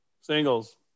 Singles